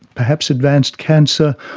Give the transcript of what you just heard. perhaps advanced cancer,